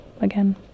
again